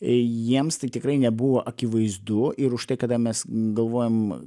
jiems tai tikrai nebuvo akivaizdu ir už tai kada mes galvojam